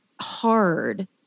hard